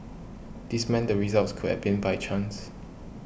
this meant the results could have been by chance